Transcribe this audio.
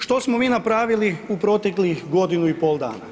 Što smo mi napravili u proteklih godinu i pol dana.